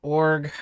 org